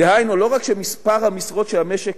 דהיינו לא רק שמספר המשרות שהמשק